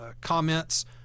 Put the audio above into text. comments